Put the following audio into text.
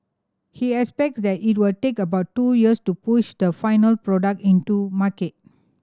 he expect that it will take about two years to push the final product into market